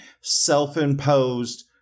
self-imposed